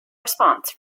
response